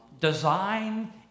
design